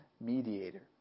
mediator